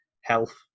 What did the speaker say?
health